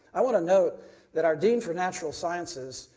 i want to note that our dean for natural sciences,